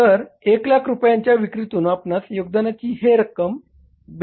तर 100000 रुपयांच्या विक्रीतुन आपणास योगदानाची ही रक्कम भेटली आहे